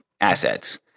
assets